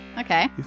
Okay